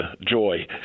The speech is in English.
Joy